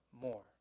more